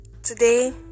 Today